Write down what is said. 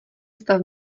stav